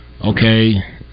okay